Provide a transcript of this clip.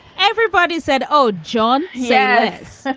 everybody said, oh, john, yes.